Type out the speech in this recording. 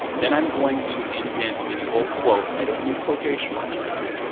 then i'm going to indent this whole quote, i don't need quotation marks around it.